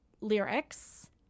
lyrics